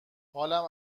حالم